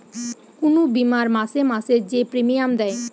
কুনু বীমার মাসে মাসে যে প্রিমিয়াম দেয়